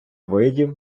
видів